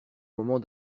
moment